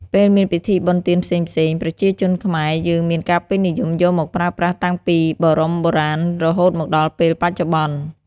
ពេលមានពិធីបុណ្យទានផ្សេងៗ ប្រជាជនខ្មែរយើងមានការពេញនិយមយកមកប្រើប្រាស់តាំងពីបរមបុរាណរហូតមកដល់ពេលបច្ចុប្បន្ន។